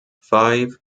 five